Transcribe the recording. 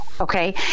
okay